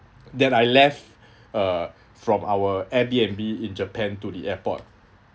that I left uh from our Airbnb in japan to the airport